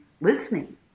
listening